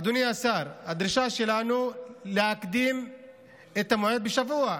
אדוני השר, היא להקדים את המועד בשבוע.